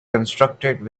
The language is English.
constructed